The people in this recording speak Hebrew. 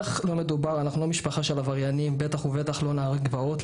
אנחנו לא משפחה של עבריינים ובטח ובטח לא נערי גבעות,